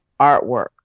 artwork